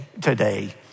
today